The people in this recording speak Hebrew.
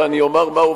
ואני אומר מהו,